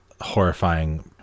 horrifying